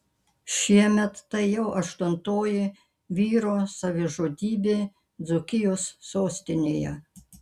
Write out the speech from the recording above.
šiemet tai jau aštuntoji vyro savižudybė dzūkijos sostinėje